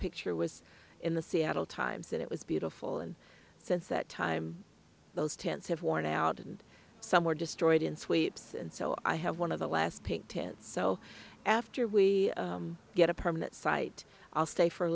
picture was in the seattle times it was beautiful and since that time those tents have worn out and some were destroyed in sweeps and so i have one of the last pink tents so after we get a permanent site i'll stay for a